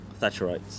Thatcherites